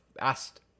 asked